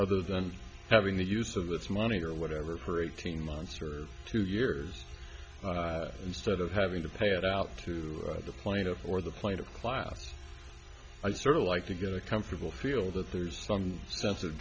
other than having the use of its money or whatever for eighteen months or two years instead of having to pay it out to the plato or the plight of class i sort of like to get a comfortable feel that there's some sense of